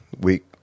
Week